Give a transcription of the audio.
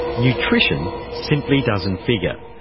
nutrition simply doesn't figure,